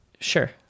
Sure